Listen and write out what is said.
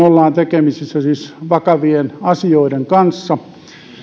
ollaan tekemisissä siis vakavien asioiden kanssa